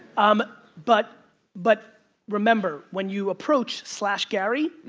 um but but remember, when you approach slash gary,